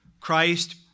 Christ